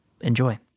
Enjoy